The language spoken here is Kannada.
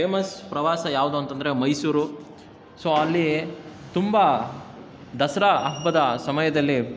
ಫೇಮಸ್ ಪ್ರವಾಸ ಯಾವುದು ಅಂತಂದರೆ ಮೈಸೂರು ಸೊ ಅಲ್ಲಿ ತುಂಬ ದಸರಾ ಹಬ್ಬದ ಸಮಯದಲ್ಲಿ